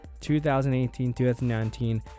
2018-2019